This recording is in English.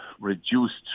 reduced